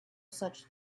such